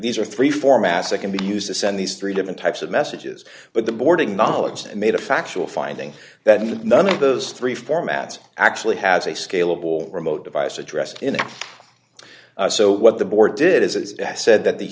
these are three formats that can be used to send these three different types of messages but the boarding knowledge made a factual finding that none of those three formats actually has a scalable remote device addressed in a so what the board did is it has said that the